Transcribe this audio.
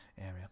area